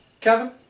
Kevin